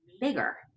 bigger